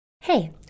Hey